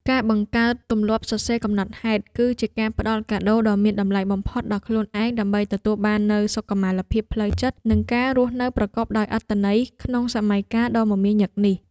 ការបង្កើតទម្លាប់សរសេរកំណត់ហេតុ គឺជាការផ្ដល់កាដូដ៏មានតម្លៃបំផុតដល់ខ្លួនឯង ដើម្បីទទួលបាននូវ សុខុមាលភាពផ្លូវចិត្ត និងការរស់នៅប្រកបដោយអត្ថន័យក្នុងសម័យកាលដ៏មមាញឹកនេះ។